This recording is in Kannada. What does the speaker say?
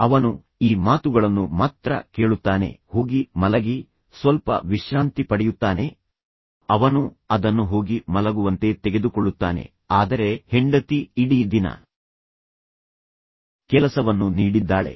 ಅವನು ಈ ಮಾತುಗಳನ್ನು ಮಾತ್ರ ಕೇಳುತ್ತಾನೆ ಹೋಗಿ ಮಲಗಿ ಸ್ವಲ್ಪ ವಿಶ್ರಾಂತಿ ಪಡೆಯುತ್ತಾನೆ ಅವನು ಅದನ್ನು ಹೋಗಿ ಮಲಗುವಂತೆ ತೆಗೆದುಕೊಳ್ಳುತ್ತಾನೆ ಆದರೆ ಹೆಂಡತಿ ಇಡೀ ದಿನ ಕೆಲಸವನ್ನು ನೀಡಿದ್ದಾಳೆ